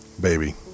Baby